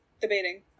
debating